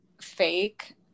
fake